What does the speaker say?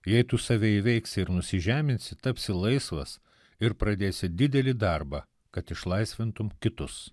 jei tu save įveiksi ir nusižeminsi tapsi laisvas ir pradėsi didelį darbą kad išlaisvintum kitus